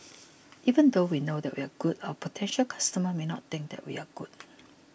even though we know that we are good our potential customers may not think that we are good